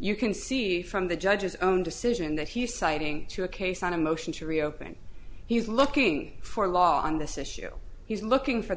you can see from the judge's own decision that he's citing to a case on a motion to reopen he's looking for a law on this issue he's looking for the